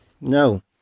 No